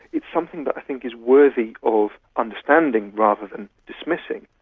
it's something that i think is worthy of understanding rather than dismissing.